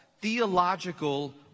theological